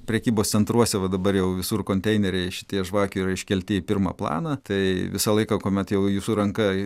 prekybos centruose va dabar jau visur konteineriai šitie žvakių yra iškelti į pirmą planą tai visą laiką kuomet jau jūsų ranka